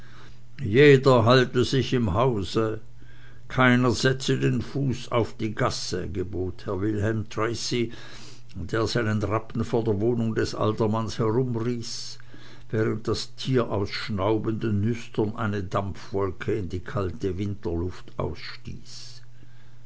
jeder halte sich im hause keiner setze den fuß auf die gasse gebot herr wilhelm tracy der seinen rappen vor er wohnung des alternanz herumriß während das tier aus schnaubenden nüstern eine dampfwolke in die kalte winterluft